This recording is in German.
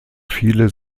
viele